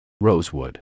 Rosewood